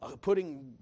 Putting